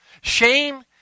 Shame